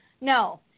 No